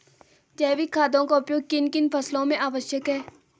जैविक खादों का उपयोग किन किन फसलों में आवश्यक है?